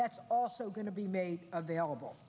that's also going to be made available